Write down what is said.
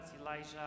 Elijah